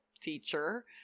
teacher